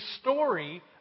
story